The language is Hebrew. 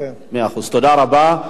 מאה אחוז, תודה רבה.